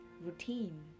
routine